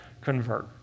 convert